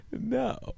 No